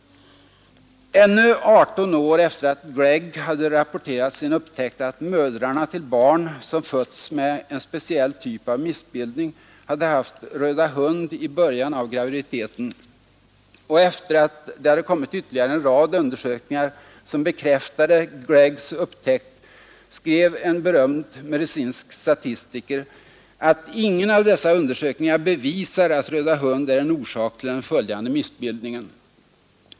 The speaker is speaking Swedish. Ännu 18 år efter att Gregg hade rapporterat sin upptäckt att mödrarna till barn som fötts med en speciell typ av missbildning hade haft röda hund i början av graviditeten och efter att det hade kommit ytterligare en rad undersökningar som bekräftade Greggs upptäckt, skrev en berömd medicinsk statistiker att ”ingen av dessa undersökningar bevisar att röda hund är en orsak till den följande missbildningen”.